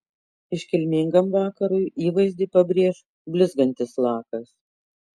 iškilmingam vakarui įvaizdį pabrėš blizgantis lakas